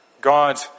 God